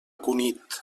cunit